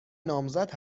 نامزد